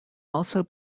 also